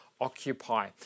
occupy